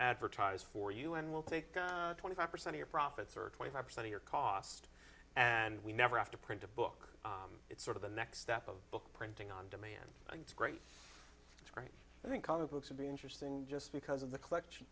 advertise for you and we'll take twenty five percent your profits or twenty five percent of your cost and we never have to print a book it's sort of the next step of book printing on demand and it's great for i think all the books would be interesting just because of the collection